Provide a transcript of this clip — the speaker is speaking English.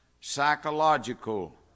psychological